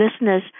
listeners